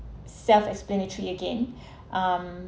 self explanatory again um